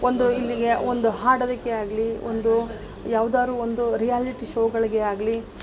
ಒಂದು ಇಲ್ಲಿಗೆ ಒಂದು ಹಾಡೋದಕ್ಕೆ ಆಗಲಿ ಒಂದು ಯಾವ್ದಾರು ಒಂದು ರಿಯಾಲಿಟಿ ಶೋಗಳಿಗೆ ಆಗಲಿ